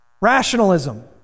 rationalism